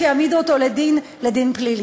שיעמידו אותו לדין פלילי.